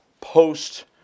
post